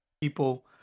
people